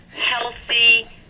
healthy